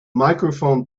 microphone